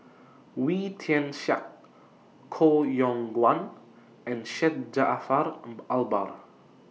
Wee Tian Siak Koh Yong Guan and Syed Jaafar Albar